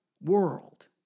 world